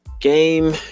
Game